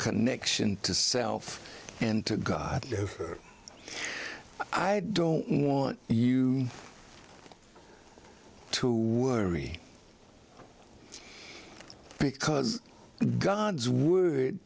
connection to self and to god i don't want you to worry because god's word